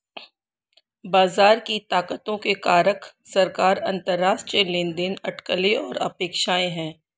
बाजार की ताकतों के कारक सरकार, अंतरराष्ट्रीय लेनदेन, अटकलें और अपेक्षाएं हैं